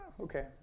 okay